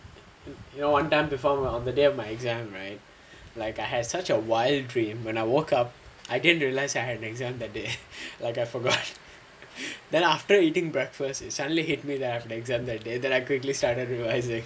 you know one time on the day of my exam right like I had such a wild dream when I woke up I didn't realise I had an exam that day like I forgot then after eating breakfast it suddenly hit me I have exam that day then I quickly started revising